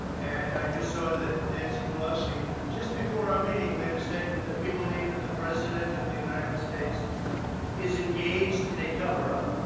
and i just saw that nancy pelosi, just before our meeting, made a statement that we believe that the president of the united states is engaged in a cover-up.